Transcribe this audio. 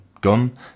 gun